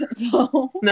No